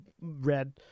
red